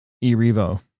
E-Revo